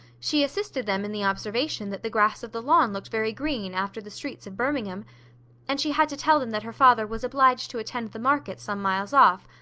she assisted them in the observation that the grass of the lawn looked very green after the streets of birmingham and she had to tell them that her father was obliged to attend the market some miles off,